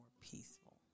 peaceful